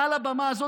מעל הבמה הזאת,